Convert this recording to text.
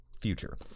future